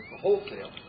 wholesale